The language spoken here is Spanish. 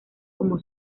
como